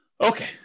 Okay